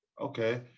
Okay